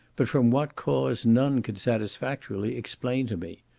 but from what cause none could satisfactorily explain to me.